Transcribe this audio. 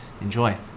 Enjoy